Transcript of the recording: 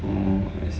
oh